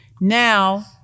Now